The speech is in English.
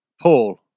Paul